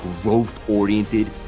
growth-oriented